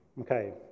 Okay